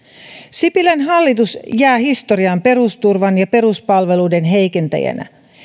sipilän hallitus jää historiaan perusturvan ja peruspalveluiden heikentäjänä